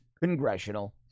congressional